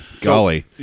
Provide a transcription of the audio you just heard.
Golly